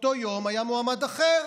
באותו יום היה מועמד אחר,